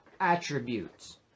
attributes